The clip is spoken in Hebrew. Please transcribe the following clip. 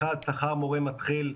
אחת, שכר מורה מתחיל,